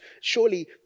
Surely